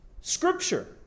scripture